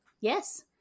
yes